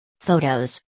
Photos